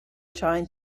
trying